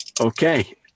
Okay